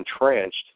entrenched